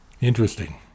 Interesting